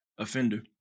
Offender